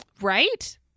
Right